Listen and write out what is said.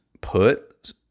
put